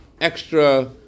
extra